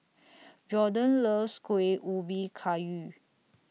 Jorden loves Kuih Ubi Kayu